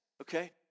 okay